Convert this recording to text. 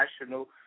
national